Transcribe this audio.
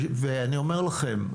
אני אומר לכם,